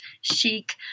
chic